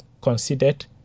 considered